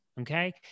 Okay